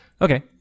okay